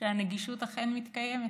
שהנגישות אכן מתקיימת?